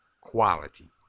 quality